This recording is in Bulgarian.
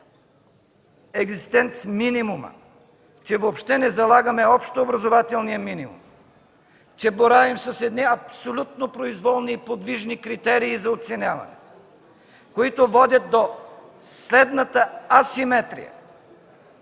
екзистенц минимума, че въобще не залагаме общообразователния минимум, че боравим с едни абсолютно произволни и подвижни критерии за оценяване, които водят до следната асиметрия